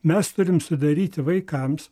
mes turim sudaryti vaikams